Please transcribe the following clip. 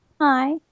Hi